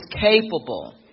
capable